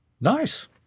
Nice